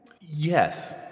Yes